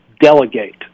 delegate